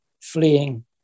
fleeing